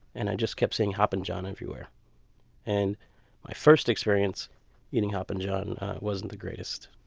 and i just kept seeing hoppin' john everywhere and my first experience eating hoppin' john wasn't the greatest.